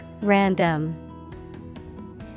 Random